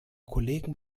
kollegen